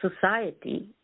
society